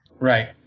Right